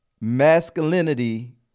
masculinity